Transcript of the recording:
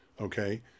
Okay